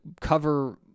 cover